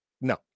no